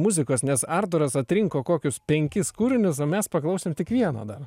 muzikos nes arturas atrinko kokius penkis kūrinius o mes paklausėm tik vieną dar